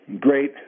great